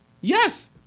Yes